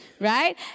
right